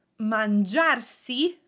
mangiarsi